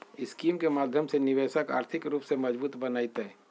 scheme के माध्यम से निवेशक आर्थिक रूप से मजबूत बनतय